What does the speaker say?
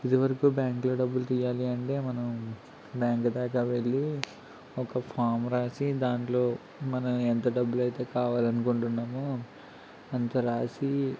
ఇది వరకు బ్యాంక్లో డబ్బులు తియ్యాలి అంటే మనం బ్యాంక్ దాక వెళ్ళి ఒక ఫామ్ రాసి దాంట్లో మనం ఎంత డబ్బులు అయితే కావాలనుకుంటున్నామో అంత రాసి